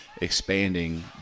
expanding